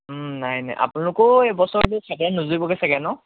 নাই নাই আপোনালোকৰো এইবছৰলৈ ছাগৈ নুজুৰিবগৈ ছাগৈ ন